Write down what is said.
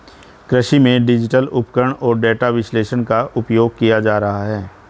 कृषि में डिजिटल उपकरण और डेटा विश्लेषण का उपयोग किया जा रहा है